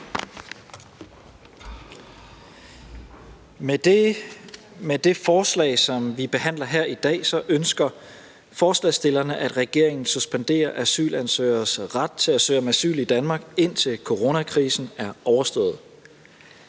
Med det forslag, som vi behandler her i dag, ønsker forslagsstillerne, at regeringen suspenderer asylansøgeres ret til at søge asyl i Danmark, indtil coronakrisen er overstået.